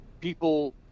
People